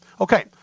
Okay